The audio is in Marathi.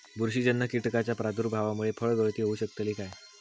बुरशीजन्य कीटकाच्या प्रादुर्भावामूळे फळगळती होऊ शकतली काय?